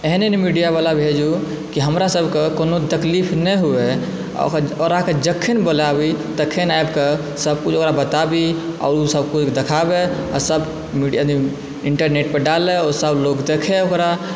एहन एहन मीडियावाला भेजूँ कि हमरा सभके कोनो तकलीफ नहि हुअ आओर अहाँकेँ जखन बोलाबी तखन आबिके कऽ सभकुछ ओकरा बताबी आओर ओसभ कुछ देखाबय सभ मीडिया इन्टरनेटपर डालय आओर सभ लोक देखय ओकरा